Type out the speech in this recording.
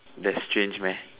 that's change meh